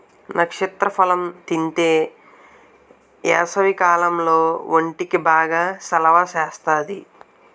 నక్షత్ర ఫలం తింతే ఏసవికాలంలో ఒంటికి బాగా సలవ సేత్తాది